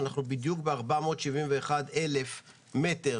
אנחנו בדיוק ב-471,000 מטר